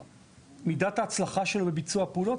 מידת ההצלחה שלו בביצוע פעולות,